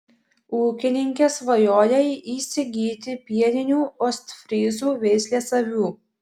ūkininkė svajoja įsigyti pieninių ostfryzų veislės avių